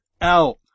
out